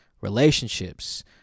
relationships